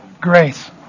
grace